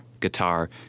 guitar